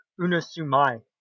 unasumai